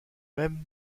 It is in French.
même